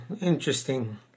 interesting